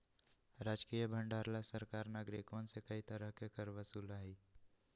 राजकीय भंडार ला सरकार नागरिकवन से कई तरह के कर वसूला हई